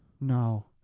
No